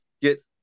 get